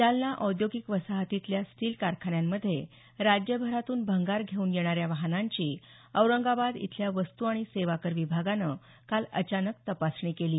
जालना औद्योगिक वसाहतीतल्या स्टील कारखान्यांमध्ये राज्यभरातून भंगार घेऊन येणाऱ्या वाहनांची औरंगाबाद इथल्या वस्तू आणि सेवा कर विभागानं काल अचानक तपासणी केली